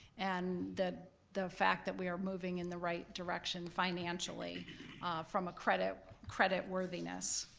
and the the fact that we are moving in the right direction financially from a credit credit worthiness.